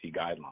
guidelines